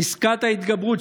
פסקת ההתגברות,